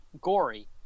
gory